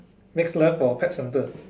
next left for pet centre